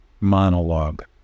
monologue